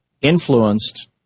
influenced